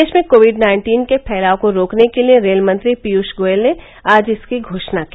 देश में covid nineteen के फैलाव को रोकने के लिए रेल मंत्री पीयूष गोयल ने आज इसकी घोषणा की